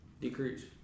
Decrease